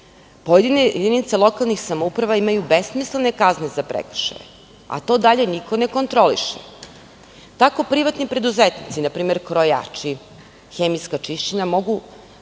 Pojedine jedinice lokalnih samouprava imaju besmislene kazne za prekršaje, a to dalje niko ne kontroliše. Tako privatni preduzetnici, npr. krojači, hemijska čišćenja mogu